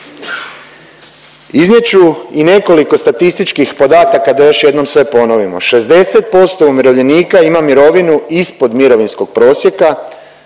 Iznijet ću i nekoliko statističkih podataka da još jednom sve ponovimo. 60% umirovljenika ima mirovinu ispod mirovinskog prosjeka,